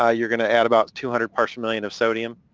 ah you're going to add about two hundred parts per million of sodium.